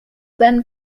then